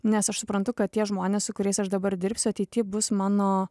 nes aš suprantu kad tie žmonės su kuriais aš dabar dirbsiu ateity bus mano